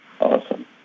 Awesome